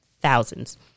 thousands